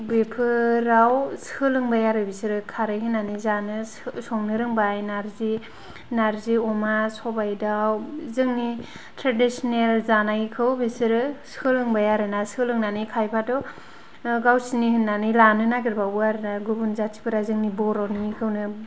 बेफोराव सोलोंबाय आरो बिसोरो खारै होनानै जानो संनो रोंबाय नार्जि नार्जि अमा सबाय दाउ जोंनि ट्रेडिसनेल जानायखौ बिसोरो सोलोंबाय आरो ना सोलोंना खायफाथ' गावसिनि होन्नानै लानो नागिरबावो आरो न गुबुन जाथिफ्रा जोंनि बर'निखौनो